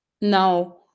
now